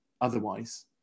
otherwise